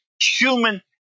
human